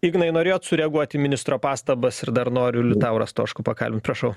ignai norėjot sureaguoti ministro pastabas ir dar noriu liutaurą stoškų pakalbint prašau